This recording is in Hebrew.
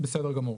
בסדר גמור.